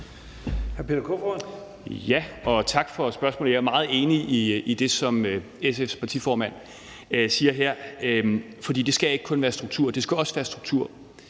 tak for spørgsmålet. Jeg er meget enig i det, som SF's partiformand siger her. For det skal ikke kun være struktur. Det skal også være struktur.